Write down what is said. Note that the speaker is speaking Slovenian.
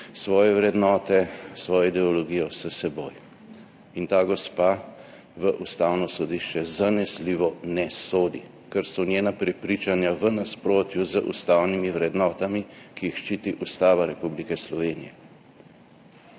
svoje vrednote, svojo ideologijo s seboj. Ta gospa v ustavno sodišče zanesljivo ne sodi, ker so njena prepričanja v nasprotju z ustavnimi vrednotami, ki jih ščiti Ustava Republike Slovenije.